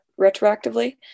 retroactively